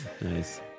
nice